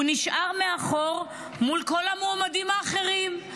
הוא נשאר מאחור מול כל המועמדים האחרים.